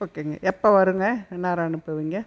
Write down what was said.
ஓகேங்க எப்போ வருங்க எந்நேரம் அனுப்புவீங்கள்